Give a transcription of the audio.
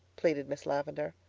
pleaded miss lavendar.